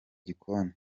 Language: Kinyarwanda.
gikoni